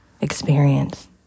experience